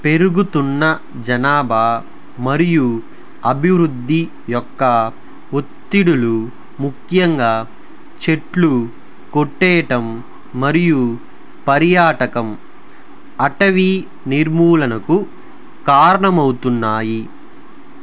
పెరుగుతున్న జనాభా మరియు అభివృద్ధి యొక్క ఒత్తిడులు ముఖ్యంగా చెట్లు కొట్టేయడం మరియు పర్యాటకం అటవీ నిర్మూలనకు కారణం అవుతున్నాయి